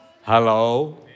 Hello